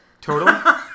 Total